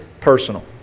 personal